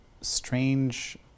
strange